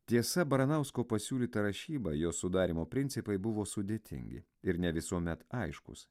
tiesa baranausko pasiūlyta rašyba jos sudarymo principai buvo sudėtingi ir ne visuomet aiškūs